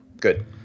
Good